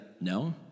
no